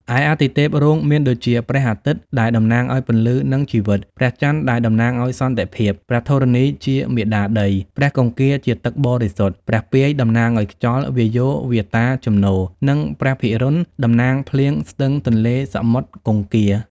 ឯអាទិទេពរងមានដូចជា ព្រះអាទិត្យ ដែលតំណាងឲ្យពន្លឺនិងជីវិត, ព្រះចន្ទដែលតំណាងឲ្យសន្តិភាព, ព្រះធរណីជាមាតាដី, ព្រះគង្គាជាទឹកបរិសុទ្ធ, ព្រះពាយតំណាង ខ្យល់ វាយោ វាតា ជំនោរ និងព្រះភិរុណ តំណាង ភ្លៀង ស្ទឹង ទន្លេ សមុទ្រ គង្គា។